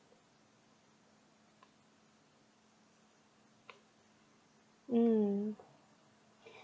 mm